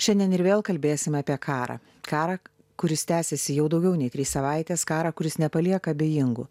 šiandien ir vėl kalbėsime apie karą karą kuris tęsiasi jau daugiau nei trys savaitės karą kuris nepalieka abejingų